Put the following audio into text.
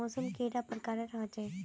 मौसम कैडा प्रकारेर होचे?